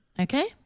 Okay